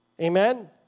Amen